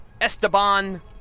Esteban